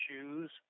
shoes